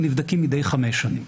נבדקים מדי חמש שנים.